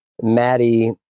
Maddie